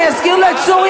אני אזכיר לו את סוריה,